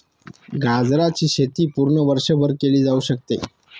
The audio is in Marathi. गाजराची शेती पूर्ण वर्षभर केली जाऊ शकते